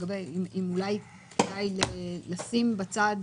אולי כדאי לשים בצד